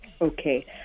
Okay